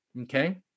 Okay